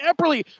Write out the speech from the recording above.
Epperly